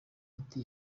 ati